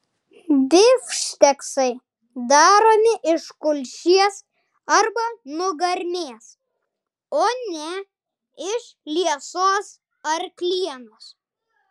bifšteksai daromi iš kulšies arba nugarmės o ne iš liesos arklienos